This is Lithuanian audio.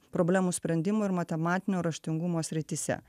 problemų sprendimų ir matematinio raštingumo srityse